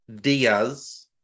Diaz